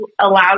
allow